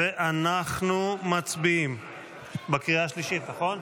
ואנחנו מצביעים בקריאה השלישית, נכון?